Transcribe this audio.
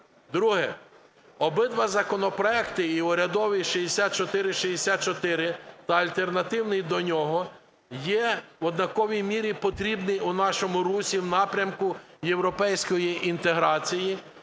Друге. Обидва законопроекти, і урядовий 6464 та альтернативний до нього, є в однаковій мірі потрібні у нашому русі в напрямку європейської інтеграції.